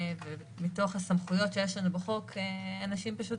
מתוך הסמכויות שיש לנו בחוק, לאנשים יש את